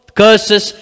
curses